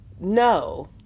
No